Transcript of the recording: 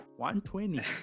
120